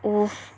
oof